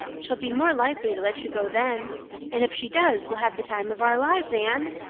she'll be more likely to let you go then and if she does we'll have the time of our lives, anne.